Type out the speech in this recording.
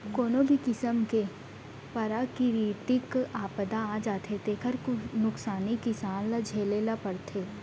कोनो भी किसम के पराकिरितिक आपदा आ जाथे तेखर नुकसानी किसान ल झेले ल परथे